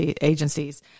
agencies